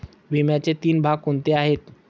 विम्याचे तीन भाग कोणते आहेत?